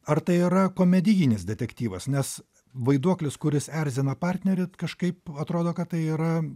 ar tai yra komedijinis detektyvas nes vaiduoklis kuris erzina partnerį kažkaip atrodo kad tai yra